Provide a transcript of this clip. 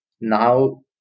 now